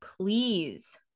please